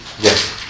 Yes